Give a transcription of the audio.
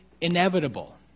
inevitable